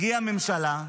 הגיעה ממשלה,